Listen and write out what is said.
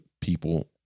people